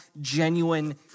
genuine